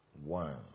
one